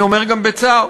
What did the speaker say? אני אומר גם בצער,